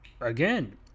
again